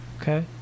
Okay